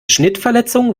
schnittverletzung